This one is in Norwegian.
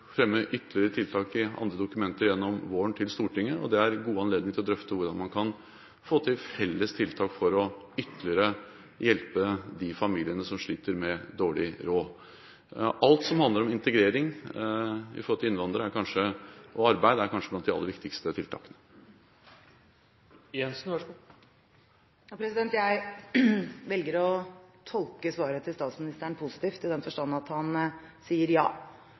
fremme ytterligere tiltak i andre dokumenter gjennom våren til Stortinget, og det er gode anledninger til å drøfte hvordan man kan få til felles tiltak for ytterligere å hjelpe de familiene som sliter med dårlig råd. Alt som handler om integrering når det gjelder innvandrere og arbeid, er kanskje blant de aller viktigste tiltakene. Jeg velger å tolke svaret til statsministeren positivt, i den forstand at han sier ja